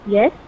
Yes